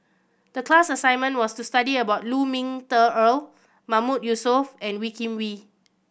the class assignment was to study about Lu Ming Teh Earl Mahmood Yusof and Wee Kim Wee